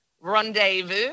rendezvous